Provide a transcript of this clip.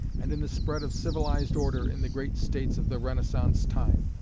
and in the spread of civilised order in the great states of the renaissance time.